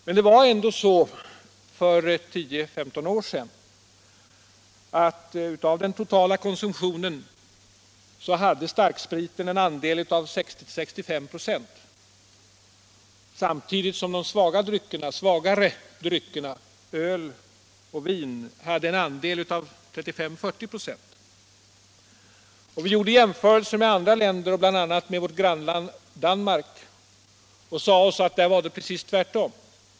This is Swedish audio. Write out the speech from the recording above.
Men det var ändå så för 10-15 år sedan att av den totala konsumtionen hade starkspriten en andel av 60-65 926 samtidigt som de svagare dryckerna öl och vin hade en andel av 35-40 946. Vi gjorde jämförelser med andra länder, bl.a. med vårt grannland Danmark, och sade oss att där var det precis tvärtom.